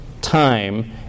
time